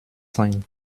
sein